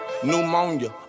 Pneumonia